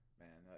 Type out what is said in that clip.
man